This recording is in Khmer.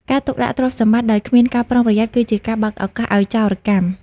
ការទុកដាក់ទ្រព្យសម្បត្តិដោយគ្មានការប្រុងប្រយ័ត្ន គឺជាការបើកឱកាសឱ្យចោរកម្ម។